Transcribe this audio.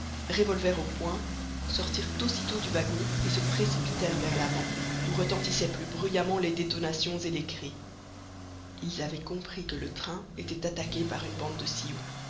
revolver au poing sortirent aussitôt du wagon et se précipitèrent vers l'avant où retentissaient plus bruyamment les détonations et les cris ils avaient compris que le train était attaqué par une bande de